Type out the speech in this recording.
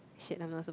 shit I'm not supposed